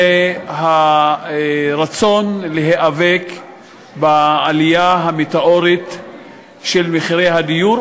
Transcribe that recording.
הרצון להיאבק בעלייה המטאורית של מחירי הדיור,